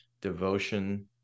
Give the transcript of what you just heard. devotion